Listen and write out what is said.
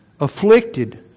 Afflicted